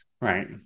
Right